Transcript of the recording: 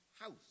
house